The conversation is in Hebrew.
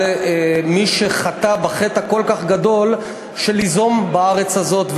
על מי שחטא בחטא הכל-כך גדול של ליזום בארץ הזאת,